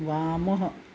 वामः